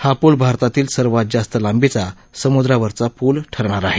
हा पूल भारतातील सर्वात जास्त लांबीचा सम्द्रावरील पूल ठरणार आहे